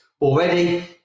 already